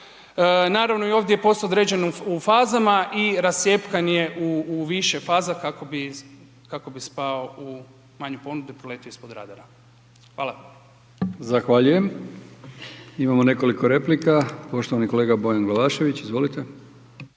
Naravno i ovdje je posao određen u fazama i rascjepkan je u više faza kako bi spao u manje ponude i proletio ispod radara. Hvala. **Brkić, Milijan (HDZ)** Zahvaljujem. Imamo nekoliko replika. Poštovani kolega Bojan Glavašević izvolite.